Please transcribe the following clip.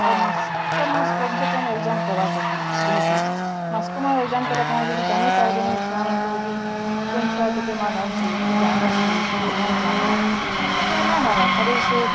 ଆଉ ମାସ୍ କ ମାସ୍ କ କମସେ କମ୍ ଏଗ୍ଯାମ୍ କର୍ବା କଥା ଯେହେତୁ ମାସ୍ କ ମାସ୍ ଏଗ୍ଯାମ୍ କଲେ କାଁ କିଛି ଜାନି ପାର୍ବିନି ଛୁଆ ମାନକର୍ ଯେ କେନ୍ ଛୁଆ କେତେ ମାର୍କ ଆନ୍ଛି କି ଜାନୁଛି କି ନାଇଁ ଯାନ୍ବା ହେଟା ନାଇଁ ହେବ ଖାଲି ସିଏ